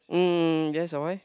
um yes ah why